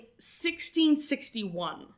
1661